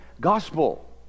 gospel